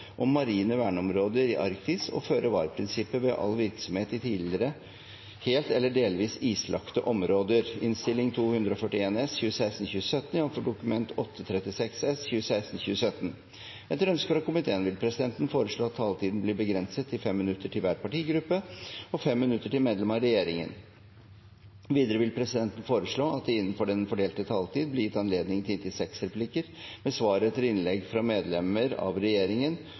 om ordet til sak nr. 4. I likhet med forrige sak foreligger det debattopplegg fra familie- og kulturkomiteen. Etter ønske fra familie- og kulturkomiteen vil presidenten foreslå at taletiden blir begrenset til 5 minutter til hver partigruppe og 5 minutter til medlemmer av regjeringen. Videre vil presidenten foreslå at det – innenfor den fordelte taletid – blir gitt anledning til inntil seks replikker med svar etter innlegg fra medlemmer av